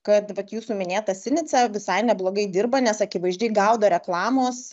kad vat jūsų minėtas sinica visai neblogai dirba nes akivaizdžiai gaudo reklamos